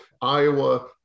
Iowa